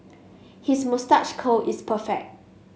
his moustache curl is perfect